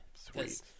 Sweet